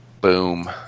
boom